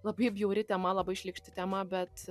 labai bjauri tema labai šlykšti tema bet